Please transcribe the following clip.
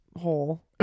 hole